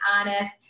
honest